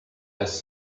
has